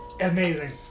Amazing